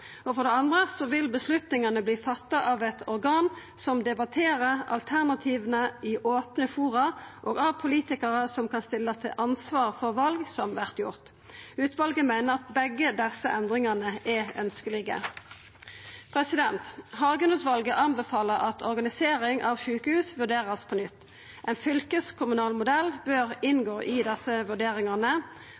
og for det andre vil avgjerdene verta fatta av eit organ som debatterer alternativa i opne fora, og av politikarar som kan stillast til ansvar for val som vert gjorde. Utvalet meiner at begge desse endringane er ønskelege. Hagen-utvalet anbefaler at organisering av sjukehus vert vurdert på nytt. Ein fylkeskommunal modell bør inngå i desse vurderingane,